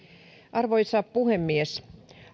arvoisa puhemies